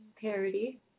parody